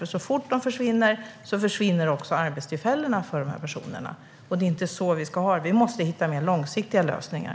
Så fort subventionerna försvinner så försvinner också arbetstillfällena för dessa personer. Det är inte så vi ska ha det. Vi måste hitta mer långsiktiga lösningar.